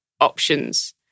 options